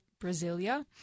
Brasilia